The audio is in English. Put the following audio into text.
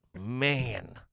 man